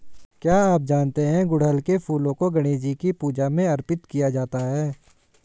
क्या आप जानते है गुड़हल के फूलों को गणेशजी की पूजा में अर्पित किया जाता है?